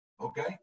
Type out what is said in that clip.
Okay